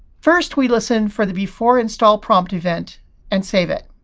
first, we listen for the beforeinstallprompt event and save it.